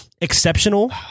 exceptional